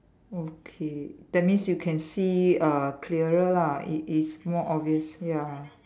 okay that means you can see uh clearer lah it is more obvious ya